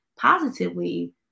positively